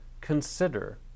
consider